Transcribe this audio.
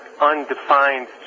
undefined